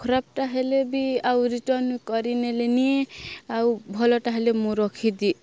ଖରାପଟା ହେଲେ ବି ଆଉ ରିଟର୍ନ କରିନେଲେ ନିଏ ଆଉ ଭଲଟା ହେଲେ ମୁଁ ରଖିଦିଏ